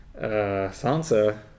Sansa